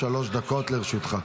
שלוש דקות לרשותך.